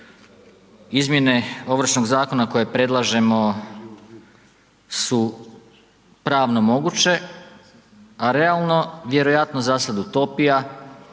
izmjene Ovršnog zakona koje predlažemo su pravno moguće, a realno vjerojatno za sada utopija